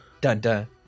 Dun-dun